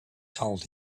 told